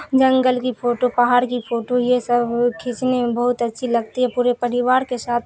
جنگل کی فوٹو پہاڑ کی فوٹو یہ سب کھینچنے میں بہت اچھی لگتی ہے پورے پریوار کے ساتھ